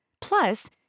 Plus